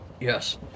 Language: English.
Yes